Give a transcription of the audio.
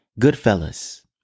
Goodfellas